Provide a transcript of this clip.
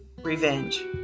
revenge